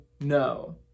No